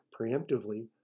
preemptively